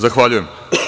Zahvaljujem.